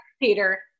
Peter